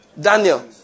Daniel